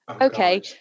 okay